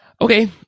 Okay